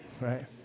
Right